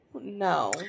No